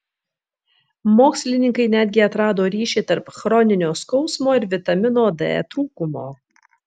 mokslininkai netgi atrado ryšį tarp chroninio skausmo ir vitamino d trūkumo